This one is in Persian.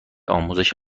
آموزش